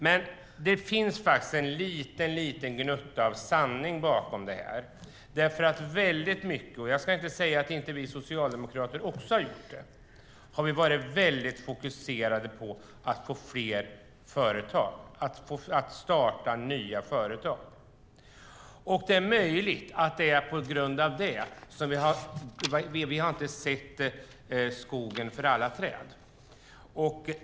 Men det finns faktiskt en liten gnutta av sanning bakom det här. I väldigt stor utsträckning - och jag ska inte säga att det inte skulle gälla oss socialdemokrater också - har vi varit fokuserade på att få fler företag och att det ska startas nya företag. Möjligen är det på grund av det som vi inte har sett skogen för alla träd.